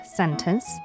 sentence